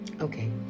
Okay